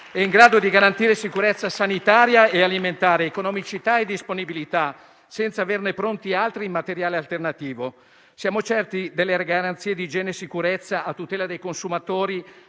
e in grado di garantire sicurezza sanitaria e alimentare, economicità e disponibilità, senza averne pronti altri in materiale alternativo. Siamo certi delle garanzie di sicurezza a tutela dei consumatori